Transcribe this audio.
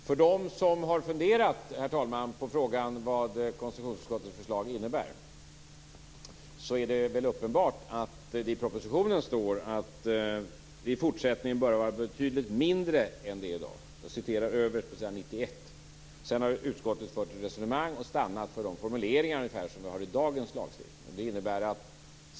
Herr talman! Det finns de som har funderat på vad konstitutionsutskottets förslag innebär när det gäller försvarlighetsrekvisitet. Det är uppenbart att det i propositionen står att detta "i fortsättningen bör vara betydligt mindre än det är i dag". Citatet står överst på s. 91. Sedan har utskottet fört ett resonemang och stannat för ungefär de formuleringar som vi har i dagens lagstiftning.